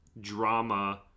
Drama